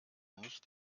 nicht